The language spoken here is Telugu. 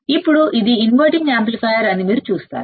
ఇప్పుడు ఇది ఇన్వర్టింగ్ యాంప్లిఫైయర్ అని మీరు చూస్తారు